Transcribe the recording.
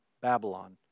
Babylon